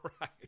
Right